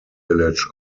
village